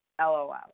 LOL